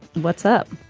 what's up?